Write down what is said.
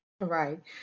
Right